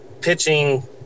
pitching –